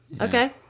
okay